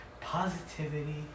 positivity